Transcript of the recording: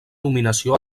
nominació